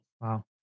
Wow